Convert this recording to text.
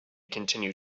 continue